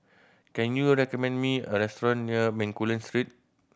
can you recommend me a restaurant near Bencoolen Street